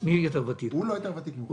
אני רואה את הדברים אחרת.